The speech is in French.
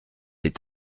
est